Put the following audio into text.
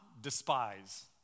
despise